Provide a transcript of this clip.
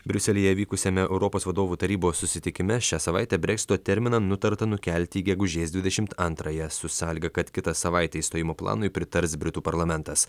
briuselyje vykusiame europos vadovų tarybos susitikime šią savaitę breksito terminą nutarta nukelti į gegužės dvidešimt antrąją su sąlyga kad kitą savaitę išstojimo planui pritars britų parlamentas